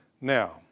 Now